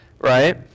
Right